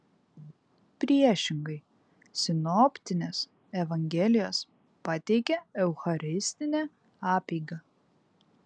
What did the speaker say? priešingai sinoptinės evangelijos pateikia eucharistinę apeigą